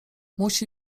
musi